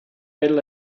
better